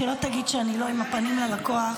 שלא תגיד שאני לא עם הפנים ללקוח.